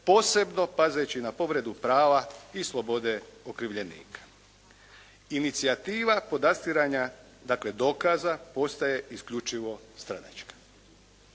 posebno pazeći na povredu prava i slobode okrivljenika. Inicijativa podastiranja dakle dokaza postaje isključivo stranačka.